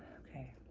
okay.